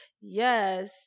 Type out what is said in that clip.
yes